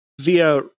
via